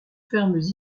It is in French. fermes